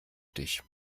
dich